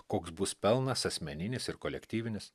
koks bus pelnas asmeninis ir kolektyvinis